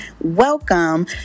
Welcome